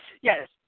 Yes